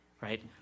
right